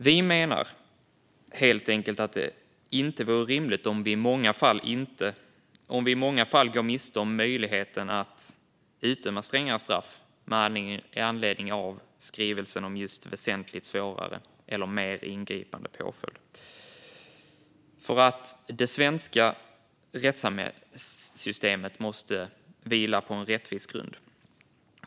Vi menar helt enkelt att det inte vore rimligt om man i många fall kommer att gå miste om möjligheten att utdöma strängare straff med anledning av skrivningen om just "väsentligt svårare eller mer ingripande påföljd". Det svenska rättssystemet måste vila på en rättvis grund.